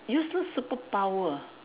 useless superpower ah